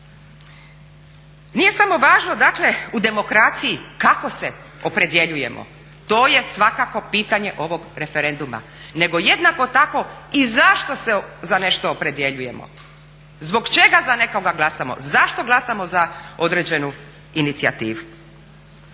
Nije samo važno dakle u demokraciji kako se opredjeljujemo, to je svakako pitanje ovog referenduma, nego jednako tako i zašto se za nešto opredjeljujemo, zbog čega za nekoga glasamo, zašto glasamo za određenu inicijativu?